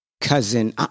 cousin